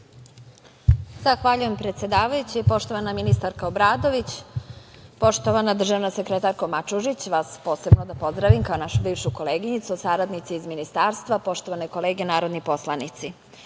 Zahvaljujem, predsedavajući. Poštovana ministarka Obradović, poštovana državna sekretarko Mačužić, vas posebno da pozdravim kao našu bivšu koleginicu, saradnici iz Ministarstva, poštovane kolege narodni poslanici,